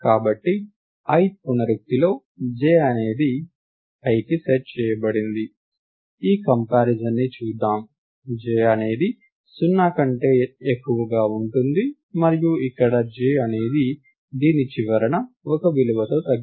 కాబట్టి ith పునరుక్తిలో j అనేది iకి సెట్ చేయబడినది ఈ కంపారిజన్ ను చూద్దాం j అనేది 0 కంటే ఎక్కువగా ఉంటుంది మరియు ఇక్కడ j అనేది దీని చివరన ఒక విలువ తో తగ్గించబడుతుంది